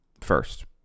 First